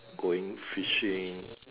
going fishing